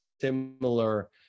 similar